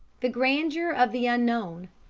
the grandeur of the unknown.